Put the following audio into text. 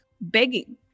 begging